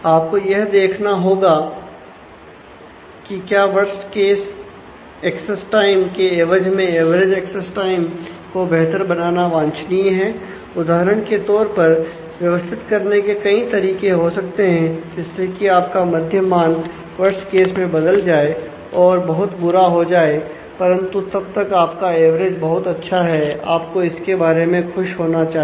आपको यह देखना होगा कि क्या वर्स्ट केस एक्सेस टाइम बहुत अच्छा है आपको इसके बारे में खुश होना चाहिए